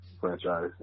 franchise